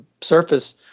surface